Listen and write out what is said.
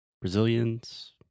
Brazilians